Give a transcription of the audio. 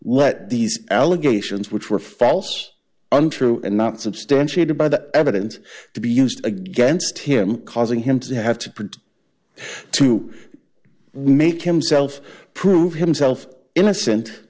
let these allegations which were false untrue and not substantiated by the evidence to be used against him causing him to have to produce to make himself prove himself innocent